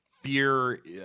fear